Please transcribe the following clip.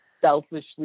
selfishly